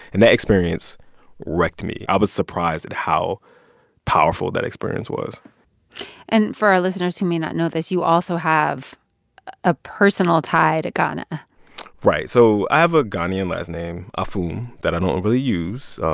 and that experience wrecked me. i was surprised at how powerful that experience was and for our listeners who may not know this, you also have a personal tie to ghana right. so i have a ghanaian last name, afum, that i don't really use,